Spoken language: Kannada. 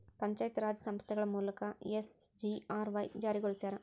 ಪಂಚಾಯತ್ ರಾಜ್ ಸಂಸ್ಥೆಗಳ ಮೂಲಕ ಎಸ್.ಜಿ.ಆರ್.ವಾಯ್ ಜಾರಿಗೊಳಸ್ಯಾರ